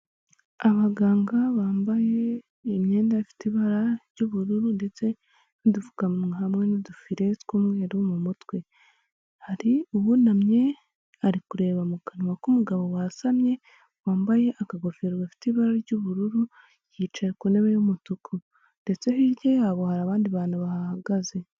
Abaganga bambaye imyenda ifite ibara ry'ubururu ndetse n'udupfukamuwa hamwe n'udufire tw'umweru mu mutwe hari uwunamye ari kureba mu kanwa k'umugabo wasamye wambaye akagofero gafite ibara ry'ubururu yicaye ku ntebe y'umutuku ndetse hirya yabo hari abandi bantu bahahagaze.